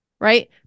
right